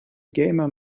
gamer